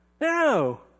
No